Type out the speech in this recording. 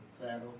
saddle